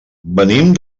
venim